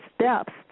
steps